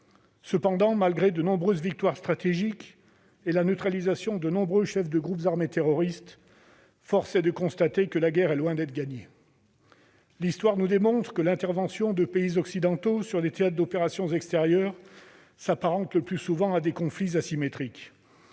Cependant, malgré de nombreuses victoires stratégiques et la neutralisation de nombreux chefs de groupes armés terroristes, force est de constater que la guerre est loin d'être gagnée. L'histoire nous démontre que l'intervention de pays occidentaux sur des théâtres d'opérations extérieures s'apparente le plus souvent à des conflits asymétriques